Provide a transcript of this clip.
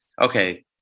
okay